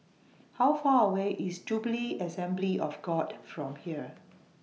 How Far away IS Jubilee Assembly of God from here